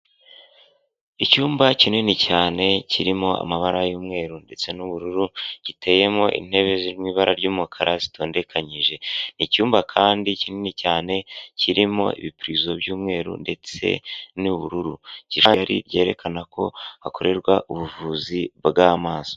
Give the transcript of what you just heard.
Icyumba kinini cyane kirimo amabara y'umweru ndetse n'ubururu, giteyemo intebe ziri mu ibara ry'umukara zitondekanyije, icyumba kandi kinini cyane kirimo ibipirizo, by'umweru ndetse n'ubururu, gihari byerekana ko hakorerwa ubuvuzi bw'amaso.